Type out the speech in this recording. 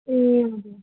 ए हजुर